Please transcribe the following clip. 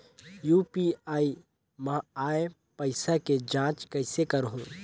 UPI मा आय पइसा के जांच कइसे करहूं?